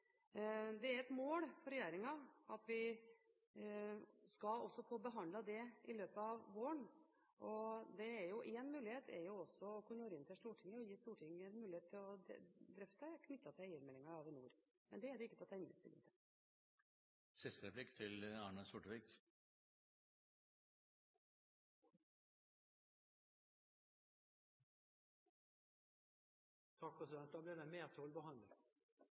Det er et mål for regjeringen at vi skal få behandlet også det i løpet av våren. En mulighet er også å orientere Stortinget og gi Stortinget mulighet til å drøfte det i forbindelse med eiermeldingen om Avinor. Men det er det ikke tatt endelig stilling til. Siste replikk går til Arne Sortevik. Da blir det mer